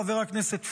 חבר הכנסת פוגל,